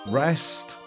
rest